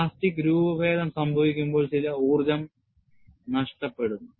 plastic രൂപഭേദം സംഭവിക്കുമ്പോൾ ചില ഊർജ്ജം നഷ്ടപ്പെടും